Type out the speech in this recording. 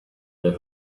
their